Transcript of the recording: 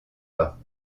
pas